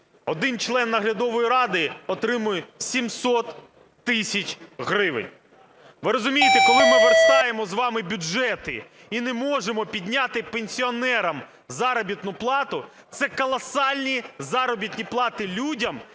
один член наглядової ради отримує 700 тисяч гривень. Ви розумієте, коли ми верстаємо з вами бюджети і не можемо підняти пенсіонерам заробітну плату, це колосальні заробітні плати людям,